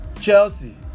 Chelsea